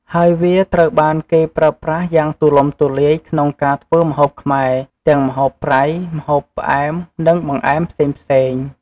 ហើយវាត្រូវបានគេប្រើប្រាស់យ៉ាងទូលំទូលាយក្នុងការធ្វើម្ហូបខ្មែរ ទាំងម្ហូបប្រៃ ម្ហូបផ្អែម និងបង្អែមផ្សេងៗ។